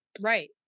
Right